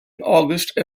august